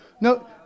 no